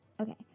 Okay